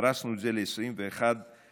פרסנו את זה ל-21 מרחבים.